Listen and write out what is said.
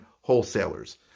wholesalers